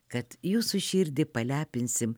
kad jūsų širdį palepinsim